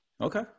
Okay